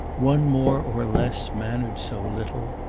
one more or less mattered so little.